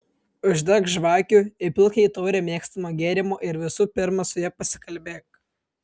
uždek žvakių įpilk jai taurę mėgstamo gėrimo ir visų pirma su ja pasikalbėk